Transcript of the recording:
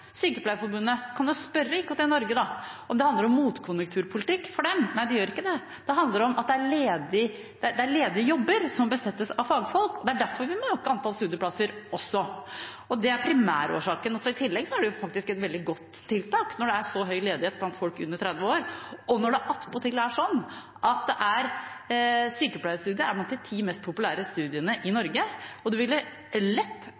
Sykepleierforbundet eller IKT-Norge om det handler om motkonjunkturpolitikk for dem. Nei, det gjør ikke det. Det handler om at det er ledige jobber som må besettes av fagfolk. Det er derfor vi må øke antall studieplasser også. Det er primærårsaken. I tillegg er det faktisk et veldig godt tiltak når det er så høy ledighet blant folk under 30 år, og når det attpåtil er sånn at sykepleierstudiet er blant de ti mest populære studiene i Norge. Man ville lett